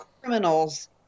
criminals